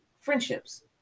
friendships